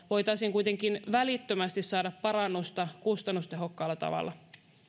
voitaisiin kuitenkin välittömästi saada parannusta kustannustehokkaalla tavalla